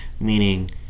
meaning